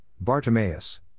Bartimaeus